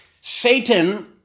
satan